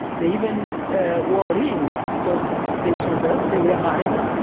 they even ah wore rings, because they told us they were married,